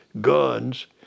guns